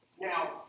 Now